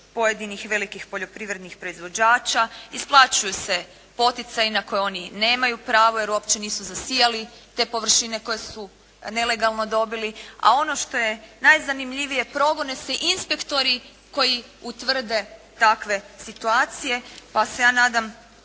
pojedinih velikih poljoprivrednih proizvođača, isplaćuju se poticaji na koje oni nemaju pravo jer uopće nisu zasijali te površine koje su nelegalno dobili, a ono što je najzanimljivije progone se inspektori koji utvrde takve situacije pa se ja nadam